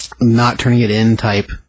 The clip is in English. not-turning-it-in-type